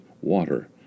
water